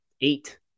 eight